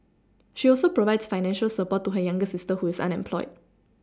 she also provides financial support to her younger sister who is unemployed